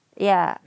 ya